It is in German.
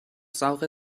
saure